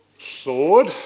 Sword